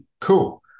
Cool